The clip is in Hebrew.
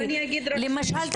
למשל,